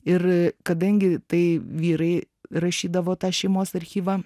ir kadangi tai vyrai rašydavo tą šeimos archyvą